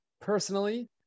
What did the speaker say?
personally